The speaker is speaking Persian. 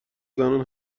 زنان